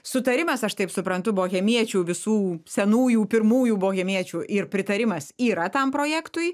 sutarimas aš taip suprantu bohemiečių visų senųjų pirmųjų bohemiečių ir pritarimas yra tam projektui